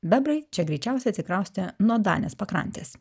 bebrai čia greičiausia atsikraustė nuo danės pakrantės